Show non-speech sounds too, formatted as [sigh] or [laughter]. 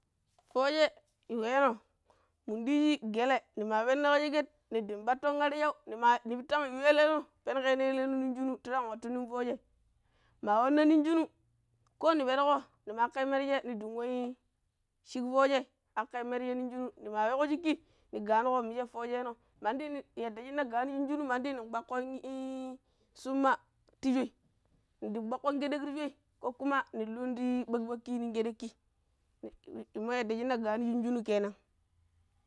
[noise] fooje i weeno minu diiji gale. Ne maa penna ƙa sheket niɗang patton arshan. [hesitation] Ne maa tang yu eleeno penuƙeeno eleeno nong shimu ta tang wattu nong foojei. Maa wanna nong shimu, ko ne perƙo nemakang merje ne dang nwa shik foojei aƙai yu merje nong shinu ne maa ka weeƙo shikki ne gaanuƙo mije foojeeno. Mandi yaɗɗa shi ne gaaniji shinu mandi [unintelligible] nen dang kpaƙƙon summa ti shoi nedi kpaƙƙon keɗek to shoi ko kuma nen lunn ti ɓakɓakki nong keɗekki [hesitation] mo yadda shi ne gaanishin shinu ke nan.